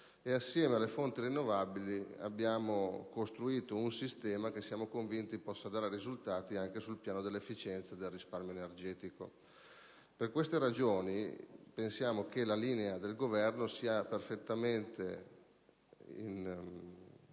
Assieme alle fonti rinnovabili abbiamo costruito un sistema che siamo convinti potrà dare risultati anche sul piano dell'efficienza e del risparmio energetico. Per queste ragioni pensiamo che la linea del Governo sia perfettamente parallela